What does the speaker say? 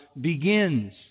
begins